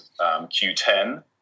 q10